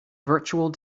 virtual